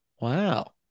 Wow